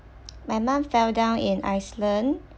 my mum fell down in iceland